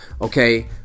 Okay